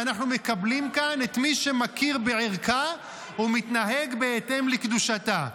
אנחנו מקבלים כאן את מי שמכיר בערכה ומתנהג בהתאם לקדושתה.